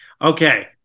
Okay